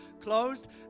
closed